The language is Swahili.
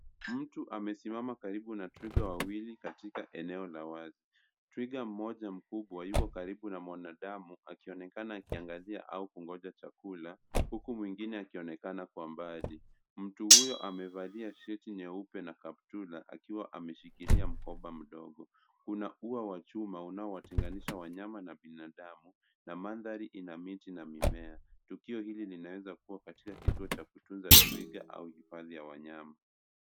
Mtu amesimama karibu na twiga wawili katika eneo la wazi. Twiga mmoja mkubwa yuko karibu na mwanadamu akionekana akiangazia au kungoja chakula huku mwingine akionekana kwa mbali. Mtu huyo amevalia shati nyeupe na kaptula akiwa ameshikilia mkoba mdogo. Kuna ua wa chuma unaowatenganisha wanyama na binadamu na mandhari ina miti na mimea. Tukio hili linaweza kuwa katika kituo cha kutunza twiga au hifadhi ya wanyama.